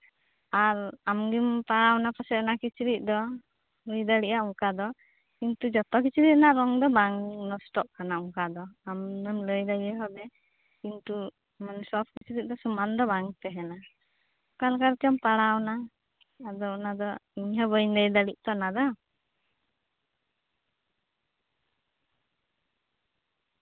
ᱟᱨ ᱟᱢ ᱜᱮᱢ ᱯᱟᱲᱟᱣᱱᱟ ᱯᱟᱥᱮᱡ ᱚᱱᱟ ᱠᱤᱪᱨᱤᱪ ᱫᱚ ᱦᱩᱭ ᱫᱟᱲᱮᱭᱟᱜᱼᱟ ᱚᱱᱠᱟ ᱫᱚ ᱠᱤᱱᱛᱩ ᱡᱚᱛᱚ ᱠᱤᱪᱨᱤᱡ ᱨᱮᱱᱟᱜ ᱨᱚᱝ ᱫᱚ ᱵᱟᱝ ᱱᱚᱥᱴᱚᱜ ᱠᱟᱱᱟ ᱚᱱᱠᱟ ᱫᱚ ᱟᱢ ᱫᱚᱢ ᱞᱟᱹᱭᱮᱫᱟ ᱡᱮ ᱵᱷᱟᱵᱮ ᱠᱤᱱᱛᱩ ᱥᱚᱵ ᱠᱤᱪᱨᱤᱡ ᱫᱚ ᱥᱚᱢᱟᱱ ᱫᱚ ᱵᱟᱝ ᱛᱟᱦᱮᱸᱱᱟ ᱚᱠᱟᱞᱮᱠᱟ ᱨᱮᱪᱚᱢ ᱯᱟᱲᱟᱣᱱᱟᱭ ᱟᱫᱚ ᱚᱱᱟ ᱫᱚ ᱤᱧ ᱦᱚᱸ ᱵᱟᱹᱧ ᱞᱟᱹᱭ ᱫᱟᱲᱮᱭᱟᱜ ᱠᱟᱱᱟ ᱵᱟᱝ